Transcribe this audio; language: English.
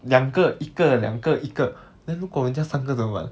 两个一个两个一个 then 如果人家三个的